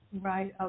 Right